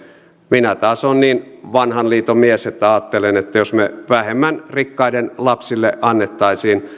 minä taas olen niin vanhan liiton mies että ajattelen että jos me rikkaiden lapsille antaisimme vähemmän